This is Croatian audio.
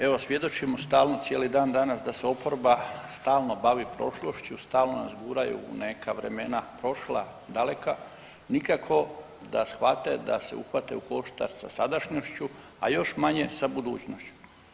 Evo svjedočimo stalno, cijeli dan danas da se oporba stalno bavi prošlošću, stalno nas guraju u neka vremena prošla, daleka, nikako da shvate, da se uhvate u koštac sa sadašnjošću, a još manje sa budućnošću.